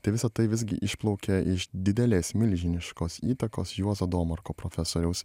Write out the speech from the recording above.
tai visa tai visgi išplaukė iš didelės milžiniškos įtakos juozo domarko profesoriaus